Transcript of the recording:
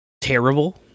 Terrible